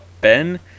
Ben